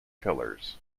pillars